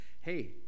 hey